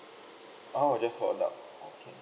oh just for adult okay